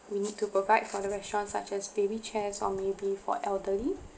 we need to provide for the restaurants such as baby chairs or maybe for elderly